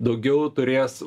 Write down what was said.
daugiau turės